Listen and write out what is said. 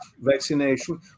vaccination